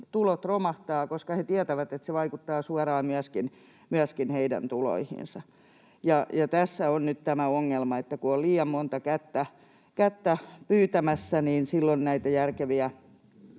tulot romahtavat, koska he tietävät, että se vaikuttaa suoraan myöskin heidän tuloihinsa. Tässä on nyt tämä ongelma, että kun on liian monta kättä pyytämässä, niin silloin näitä järkeviä